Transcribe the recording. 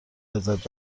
لذت